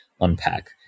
unpack